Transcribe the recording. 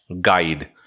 guide